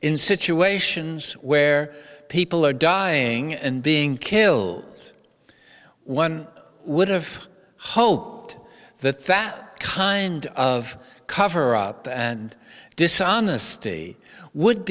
in situations where people are dying and being killed one would have hoped that that kind of coverup and dishonesty would